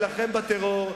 להילחם בטרור,